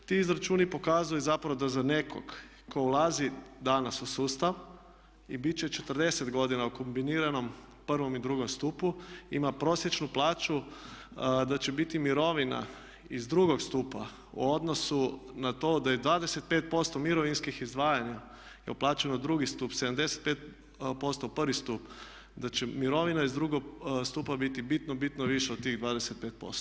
Ti izračuni pokazuju zapravo da za nekog tko ulazi danas u sustav i biti će 40 godina u kombiniranom prvom i drugom stupu ima prosječnu plaću, da će biti mirovina iz drugog stupa u odnosu na to da je 25% mirovinskih izdvajanja je uplaćeno u drugi stup, 75% u prvi stup, da će mirovina iz drugog stupa biti bitno, bitno viša od tih 25%